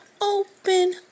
Open